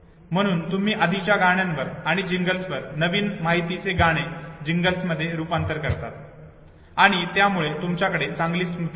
म्हणून तुम्ही आधीच्या गाण्यांवर आणि जिंगल्सवर नवीन माहितीचे गाणे व जिंगल्समध्ये रुपांतर करतात आणि त्यामुळे तुमच्याकडे चांगली स्मृती असते